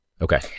Okay